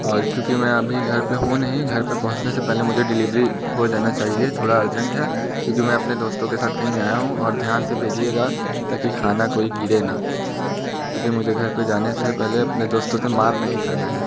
और क्योंकि मैं अभी घर पर हूँ नहीं घर पर पहुंचने से पहले मुझे डिलीवरी हो जाना चाहिए थोड़ा अर्जेंट है क्योंकि मैं अपने दोस्तों के साथ कहीं आया हूँ और ध्यान से भेजिएगा ताकि खाना कोई गिरे ना क्योंकि मुझे घर पर जाने से पहले अपने दोस्तों से मार नहीं खाना है